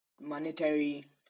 monetary